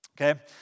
Okay